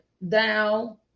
thou